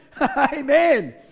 Amen